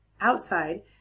outside